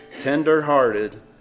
tender-hearted